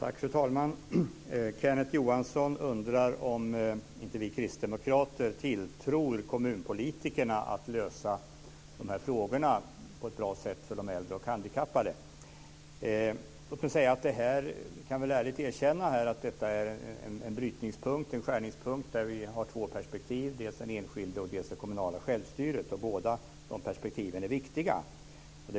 Fru talman! Kenneth Johansson undrar om vi kristdemokrater inte tilltror kommunpolitikerna förmåga att lösa de här frågorna på ett bra sätt för äldre och handikappade. Jag kan väl ärligt erkänna att det här är en skärningspunkt där vi har två perspektiv: dels den enskildes, dels det kommunala självstyrets. Båda dessa perspektiv är viktiga.